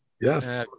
Yes